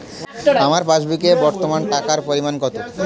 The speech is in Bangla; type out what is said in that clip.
আমার পাসবুকে বর্তমান টাকার পরিমাণ কত?